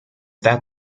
that